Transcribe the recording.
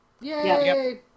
Yay